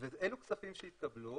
אלה כספים שהתקבלו,